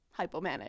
hypomanic